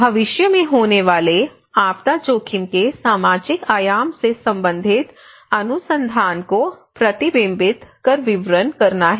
भविष्य में होने वाले आपदा जोखिम के सामाजिक आयाम से संबंधित अनुसंधान को प्रतिबिंबित कर विवरण करना है